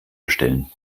bestellen